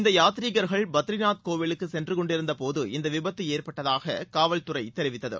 இந்த யாத்ரீகர்கள் பத்ரிநாத் கோவிலுக்கு சென்றுகொண்டிருந்தபோது இந்த விபத்து ஏற்பட்டதாக காவல்துறை தெரிவித்தது